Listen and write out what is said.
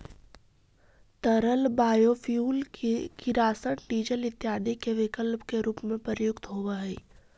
तरल बायोफ्यूल किरासन, डीजल इत्यादि के विकल्प के रूप में प्रयुक्त होवऽ हई